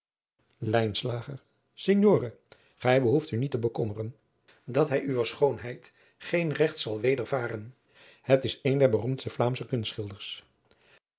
signore gij behoeft u niet te bekommeren dat hij uwer schoonheid geen regt zal laten wedervaren het is een der beroemdste vlaamsche kunstschilders